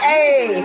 Hey